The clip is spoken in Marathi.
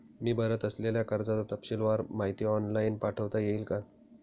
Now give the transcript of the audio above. मी भरत असलेल्या कर्जाची तपशीलवार माहिती ऑनलाइन पाठवता येईल का?